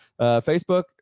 Facebook